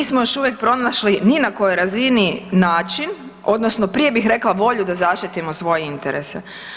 Nismo još uvijek pronašli ni na kojoj razini način, odnosno, prije bih rekla volju da zaštitimo svoje interese.